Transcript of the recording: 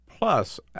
Plus